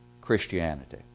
Christianity